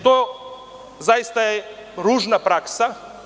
To je zaista ružna praksa.